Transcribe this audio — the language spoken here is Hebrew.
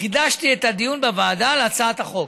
חידשתי את הדיון בוועדה על הצעת החוק.